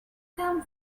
come